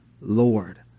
Lord